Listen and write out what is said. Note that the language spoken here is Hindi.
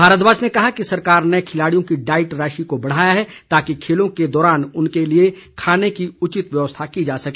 भारद्वाज ने कहा कि सरकार ने खिलाड़ियों की डाईट राशि को बढ़ाया है ताकि खेलों के दौरान उनके लिए खाने की उचित व्यवस्था की जा सके